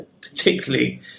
particularly